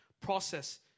process